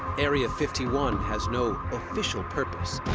area fifty one has no official purpose.